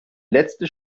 letzte